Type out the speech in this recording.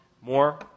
more